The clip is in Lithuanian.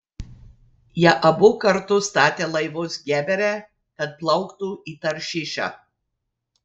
jie abu kartu statė laivus gebere kad plauktų į taršišą